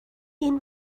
این